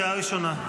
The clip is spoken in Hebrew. קריאה ראשונה.